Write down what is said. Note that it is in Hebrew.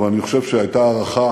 אבל אני חושב שהייתה הערכה